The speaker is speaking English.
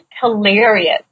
hilarious